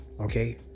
okay